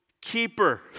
keeper